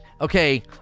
Okay